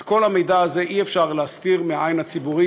את כל המידע הזה אי-אפשר להסתיר יותר מהעין הציבורית.